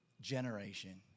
generation